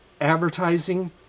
advertising